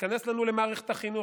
תיכנס לנו למערכת החינוך,